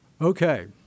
Okay